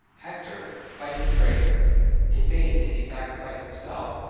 hector, fight his bravest in vain did he sacrifice himself,